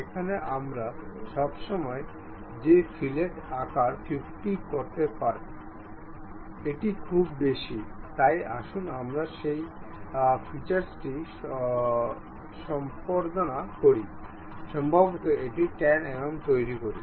এখানে আমরা সবসময় যে ফিলেট আকার 50 করতে পারেন এটি খুব বেশি তাই আসুন আমরা সেই ফিচার্সটি সম্পাদনা করি সম্ভবত এটি 10 mm তৈরি করি